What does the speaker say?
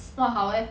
!wah! 好 leh